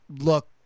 look